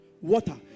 water